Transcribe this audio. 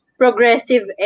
progressive